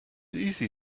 easy